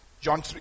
John